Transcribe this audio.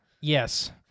Yes